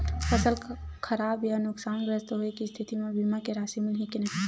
फसल खराब या सूखाग्रस्त होय के स्थिति म बीमा के राशि मिलही के नही?